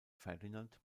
ferdinand